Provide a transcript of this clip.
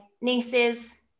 nieces